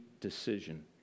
decision